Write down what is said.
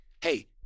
hey